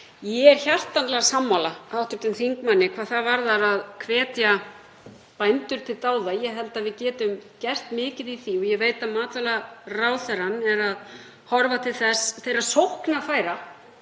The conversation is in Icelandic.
Ég er hjartanlega sammála hv. þingmanni hvað það varðar að hvetja bændur til dáða. Ég held að við getum gert mikið í því og ég veit að matvælaráðherra horfir til þeirra sóknarfæra